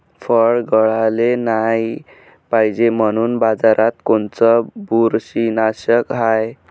फळं गळाले नाही पायजे म्हनून बाजारात कोनचं बुरशीनाशक हाय?